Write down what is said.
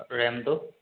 ৰেমটো